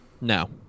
No